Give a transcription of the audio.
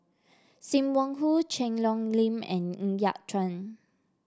Sim Wong Hoo Cheang Hong Lim and Ng Yat Chuan